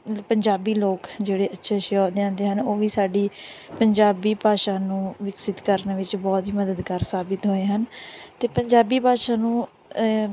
ਲ ਪੰਜਾਬੀ ਲੋਕ ਜਿਹੜੇ ਅੱਛੇ ਅੱਛੇ ਅਹੁਦਿਆਂ 'ਤੇ ਹਨ ਉਹ ਵੀ ਸਾਡੀ ਪੰਜਾਬੀ ਭਾਸ਼ਾ ਨੂੰ ਵਿਕਸਿਤ ਕਰਨ ਵਿੱਚ ਬਹੁਤ ਹੀ ਮਦਦਗਾਰ ਸਾਬਿਤ ਹੋਏ ਹਨ ਅਤੇ ਪੰਜਾਬੀ ਭਾਸ਼ਾ ਨੂੰ